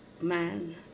man